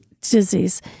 disease